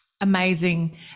Amazing